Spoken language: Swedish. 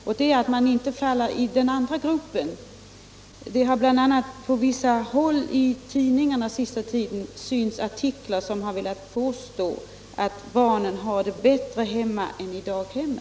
På vissa håll har det under den senaste tiden i pressen stått att läsa artiklar som velat hävda att barnen skulle ha det bättre hemma än i daghemmet.